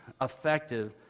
effective